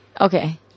Okay